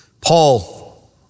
Paul